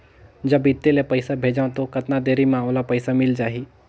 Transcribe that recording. जब इत्ते ले पइसा भेजवं तो कतना देरी मे ओला पइसा मिल जाही?